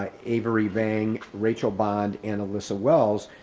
ah avery vang, rachel bond and alyssa wells,